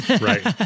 Right